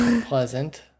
pleasant